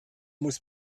muss